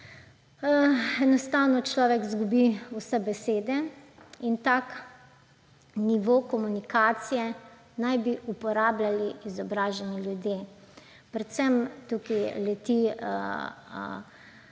enostavno človek izgubi vse besede. In tak nivo komunikacije naj bi uporabljali izobraženi ljudje, predvsem tukaj leti